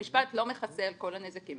המשפט לא מכסה על כל הנזקים,